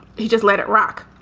he just let it rock.